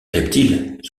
reptiles